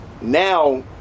Now